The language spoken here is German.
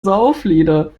sauflieder